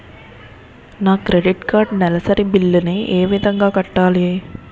నా credit card నెలసరి bill ని ఏ విధంగా కట్టాలి?